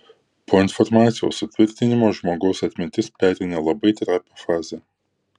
po informacijos sutvirtinimo žmogaus atmintis pereina labai trapią fazę